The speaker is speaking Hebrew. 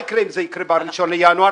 מה יקרה אם זה יקרה ב-1 בינואר?